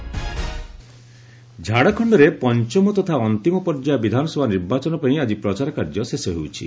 Jharkhand campaigning ଝାଡ଼ଖଣ୍ଡରେ ପଞ୍ଚମ ତଥା ଅନ୍ତିମ ପର୍ଯ୍ୟାୟ ବିଧାନସଭା ନିର୍ବାଚନ ପାଇଁ ଆକି ପ୍ରଚାର କାର୍ଯ୍ୟ ଶେଷ ହେଉଛି